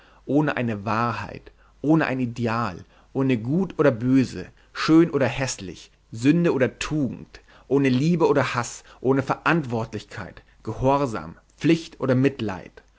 ohne eine wahrheit ohne ein ideal ohne gut oder böse schön oder häßlich sünde oder tugend ohne liebe oder haß ohne verantwortlichkeit gehorsam pflicht oder mitleid